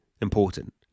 Important